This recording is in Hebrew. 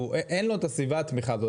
אין לא את הסביבה והתמיכה הזאת.